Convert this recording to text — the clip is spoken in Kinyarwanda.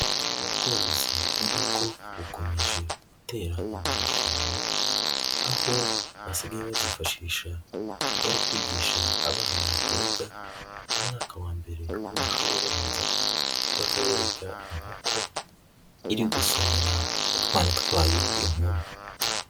Ubworozi bw'inkoko bukomeje gutera imbere cyane aho basigaye bazifashisha bari kwigisha abana biga mu mwaka wa mbere w'amashuri abanza bakabereka inkoko iri gusomera utwana twayo iyo nkuru.